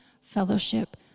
fellowship